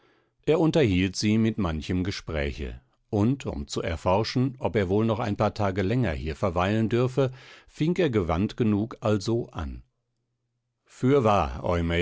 er unterhielt sie mit manchem gespräche und um zu erforschen ob er wohl noch ein paar tage länger hier verweilen dürfe fing er gewandt genug also an fürwahr